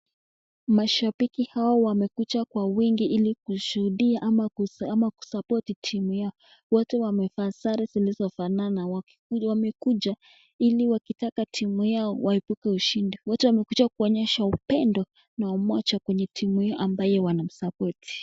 Mashabiki hawa wamekuja kwa wingi ili kushuhudia ama kushabikia timu yao wote wamevaa sare zilizofanana wamekuja ili kutaka timu yao waibuke washindi wote wamekuja kuonyesha upendo na umoja kwenye timu waoishabikia.